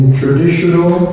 traditional